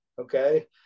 Okay